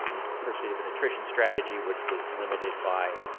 in pursuit of an attrition strategy, which was limited by